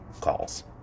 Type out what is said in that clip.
calls